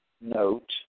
Note